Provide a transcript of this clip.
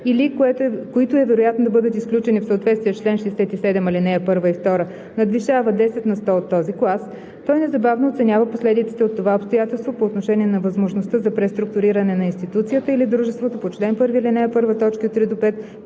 или които е вероятно да бъдат изключени в съответствие с чл. 67, ал. 1 и 2, надвишава 10 на сто от този клас, той незабавно оценява последиците от това обстоятелство по отношение на възможността за преструктуриране на институцията или дружеството по чл. 1, ал. 1, т. 3 – 5,